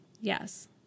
Yes